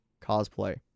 cosplay